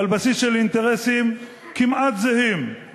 על בסיס של אינטרסים כמעט זהים עם